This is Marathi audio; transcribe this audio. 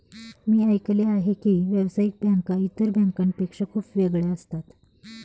मी ऐकले आहे की व्यावसायिक बँका इतर बँकांपेक्षा खूप वेगळ्या असतात